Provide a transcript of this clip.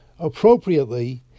Appropriately